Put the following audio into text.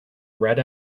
red